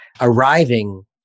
arriving